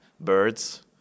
birds